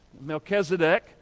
Melchizedek